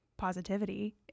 positivity